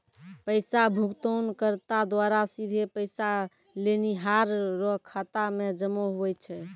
पैसा भुगतानकर्ता द्वारा सीधे पैसा लेनिहार रो खाता मे जमा हुवै छै